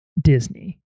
Disney